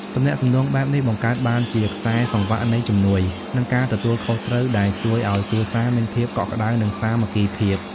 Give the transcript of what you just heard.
ទំនាក់ទំនងបែបនេះបង្កើតបានជាខ្សែសង្វាក់នៃជំនួយ និងការទទួលខុសត្រូវ ដែលជួយឱ្យគ្រួសារមានភាពកក់ក្ដៅ និងសាមគ្គីភាព។